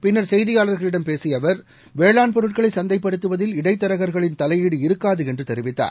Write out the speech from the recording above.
பின்னர் செய்தியாளர்களிடம் பேசிய அவர் பேளாண் பொருட்களை சந்தைப்படுத்துவதில் இடைத்தரகர்களின் தலையீடு இருக்காது என்று தெரிவித்தார்